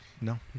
no